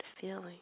feeling